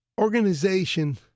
organization